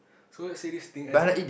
so let's say this thing ends at